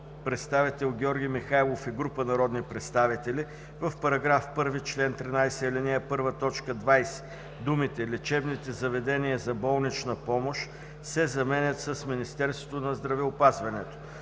представител Георги Михайлов и група народни представители: „В § 1, чл. 13, ал. 1, т. 20 думите „лечебните заведения за болнична помощ“ се заменят с „Министерството на здравеопазването“.“